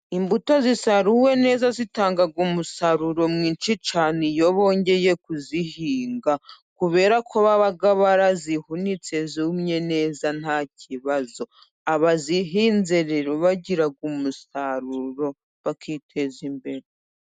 Imbuto zisaruwe neza zitanga umusaruro mwinshi cyane, iyo bongeye kuzihinga kubera ko baba barazihunitse zumye neza nta kibazo, abazihinze rero bagira umusaruro bakiteza imbere.